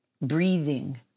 breathing